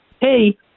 hey